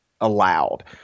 allowed